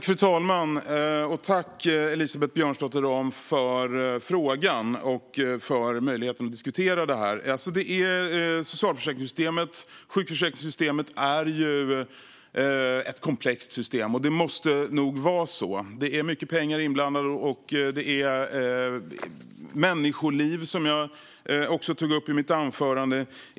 Fru talman! Tack, Elisabeth Björnsdotter Rahm, för frågan och för möjligheten att diskutera det här! Sjukförsäkringssystemet är ett komplext system, och det måste nog vara så. Det är mycket pengar inblandade och många människoliv, som jag tog upp i mitt anförande.